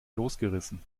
losgerissen